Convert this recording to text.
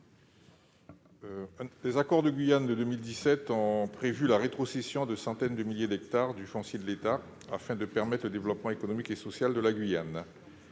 Les accords de Guyane de 2017 ont prévu la rétrocession de centaines de milliers d'hectares du foncier de l'État, afin de permettre le développement économique et social de la Guyane.